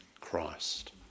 Christ